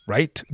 Right